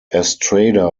estrada